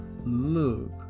look